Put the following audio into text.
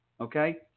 Okay